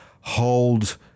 hold –